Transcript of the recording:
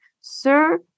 Sir